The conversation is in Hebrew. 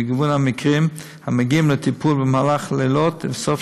מגוון המקרים המגיעים לטיפול במהלך לילות ובסופי